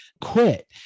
quit